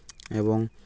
ᱮᱵᱚᱝ